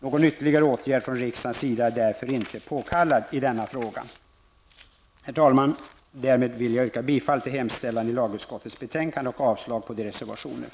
Någon ytterligare åtgärd från riksdagens sida är därför inte påkallad i denna fråga. Herr talman! Jag vill härmed yrka bifall till lagutskottets hemställan och avslag på reservationerna.